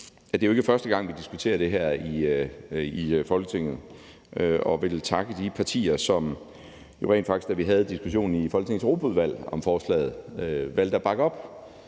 at det jo ikke er første gang, vi diskuterer det her i Folketinget, og jeg vil takke de partier, som rent faktisk, da vi havde diskussionen om forslaget i Folketingets Europaudvalg, valgte at bakke op